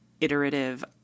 iterative